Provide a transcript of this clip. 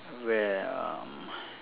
where um